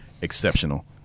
exceptional